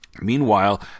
Meanwhile